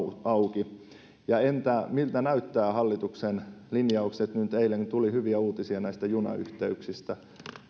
auki entä miltä näyttävät hallituksen linjaukset kun eilen tuli hyviä uutisia näistä junayhteyksistä